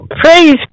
praise